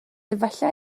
efallai